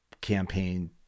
campaign